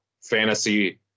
fantasy